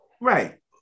Right